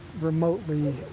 remotely